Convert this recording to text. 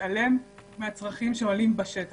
מתעלם מהצרכים שעולים בשטח,